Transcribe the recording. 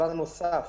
דבר נוסף,